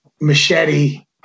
machete